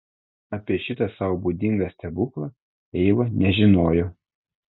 apie šitą sau būdingą stebuklą eiva nežinojo